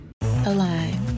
Align